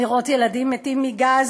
לראות ילדים מתים מגז